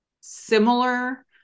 similar